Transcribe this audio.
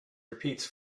repeats